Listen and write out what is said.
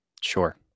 Sure